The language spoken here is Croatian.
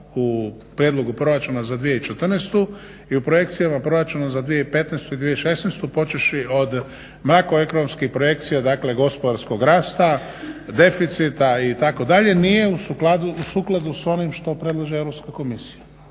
u prijedlogu Proračuna za 2014. i u projekcijama Proračuna za 2015. i 2016. počevši od makroekonomskih projekcija dakle gospodarskog rasta, deficita itd. nije u skladu s onim što predlaže Europska komisija.